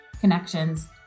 connections